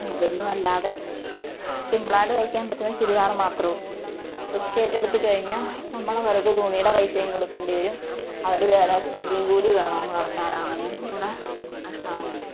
അതൊന്നും അല്ലാതെ സിമ്പിളായിട്ട് തയ്ക്കാൻ പറ്റുന്ന ചുരിദാര് മാത്രവും റിസ്കേറ്റെടുത്തു കഴിഞ്ഞാല് നമ്മളവർക്കു തുണിയുടെ പൈസയും കൊടുക്കേണ്ടി വരും അവര് വേറെ സ്റ്റിച്ചിങ് കൂലി വേണമെന്നു പറഞ്ഞാൽ അതങ്ങനെയും കൂടെ കഷ്ടമായിരിക്കും